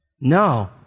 No